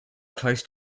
close